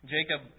Jacob